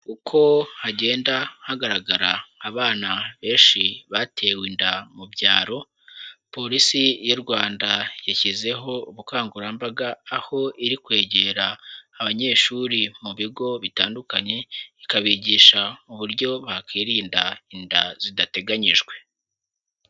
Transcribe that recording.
Uko hagenda hagaragara abana benshi batewe inda mu byaro, Polisi y'u Rwanda yashyizeho ubukangurambaga, aho iri kwegera abanyeshuri mu bigo bitandukanye, ikabigisha uburyo bakirinda inda zidateganyijwe.